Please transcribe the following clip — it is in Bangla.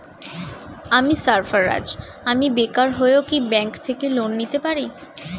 আমি সার্ফারাজ, আমি বেকার হয়েও কি ব্যঙ্ক থেকে লোন নিতে পারি?